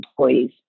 employees